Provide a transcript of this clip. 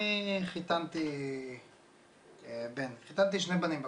אני חיתנתי שני בנים בקורונה.